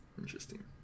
Interesting